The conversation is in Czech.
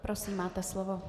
Prosím, máte slovo.